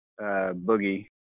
boogie